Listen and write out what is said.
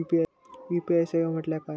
UPI सेवा म्हटल्या काय?